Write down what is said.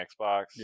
Xbox